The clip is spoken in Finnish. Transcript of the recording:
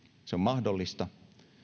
se on mahdollista